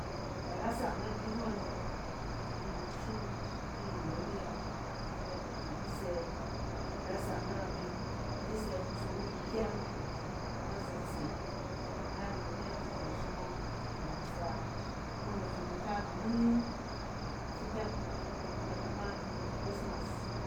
Da rasak na bik ngↄn, mok anↄng anet shim irin nnom e yↄng fɛ anet di di sɛ idi rasak na kabik in sɛt kusonong kukyang na zatseɛ. Ina nnome yↄng fi imi shim ↄng nnom nfaa-kunom a zumunta banyining ifidang ni kama kunom a christmas.